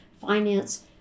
finance